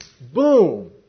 boom